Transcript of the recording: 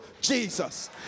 Jesus